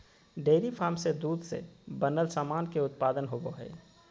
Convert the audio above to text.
dairy farm से दूध से बनल सामान के उत्पादन होवो हय